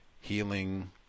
healing